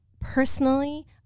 personally